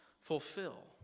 fulfill